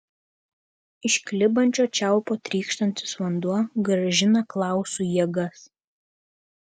iš klibančio čiaupo trykštantis vanduo grąžina klausui jėgas